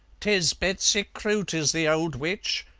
tis betsy croot is the old witch.